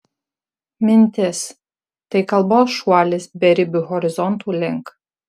mintis tai kalbos šuolis beribių horizontų link